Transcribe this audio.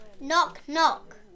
Knock-knock